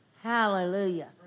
Hallelujah